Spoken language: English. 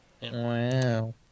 Wow